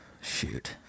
Shoot